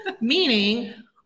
meaning